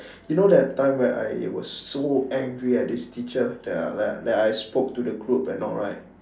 you know that time when I was so angry at this teacher that I that I I spoke to the group and all right